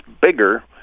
bigger